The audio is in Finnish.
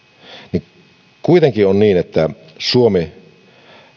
niin kuitenkin on niin että suomi